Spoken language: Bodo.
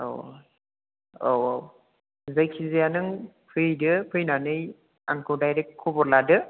औ औ औ औ जायखिजाया नों फैदो फैनानै आंखौ डाइरेक्ट खबर लादो